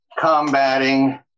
combating